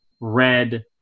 red